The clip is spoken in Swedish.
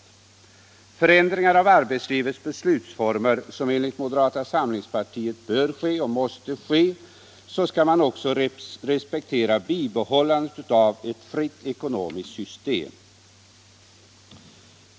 Vid förändringar av arbetslivets beslutsformer, som enligt moderata samlingspartiet bör ske och måste ske, skall man också respektera bibehållande av eu fritt ekonomiskt system.